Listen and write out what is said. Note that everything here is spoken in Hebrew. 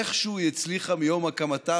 איכשהו היא הצליחה מיום הקמתה,